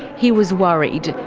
he was worried.